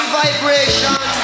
vibration